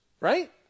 right